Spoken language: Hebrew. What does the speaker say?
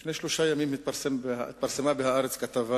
לפני שלושה ימים התפרסמה ב"הארץ" כתבה